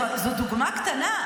זו דוגמה קטנה,